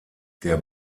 der